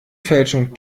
fälschung